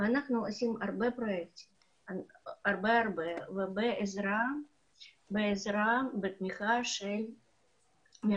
אנחנו עושים הרבה פרויקטים בעזרת ובתמיכת מרכז